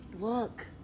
Look